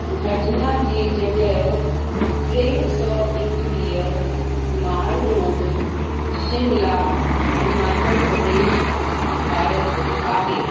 घटना जी जॻहि टे सौ एकवीह माल रोड शिमला हिमाचल प्रदेश भारत आहे